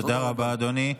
תודה רבה, אדוני.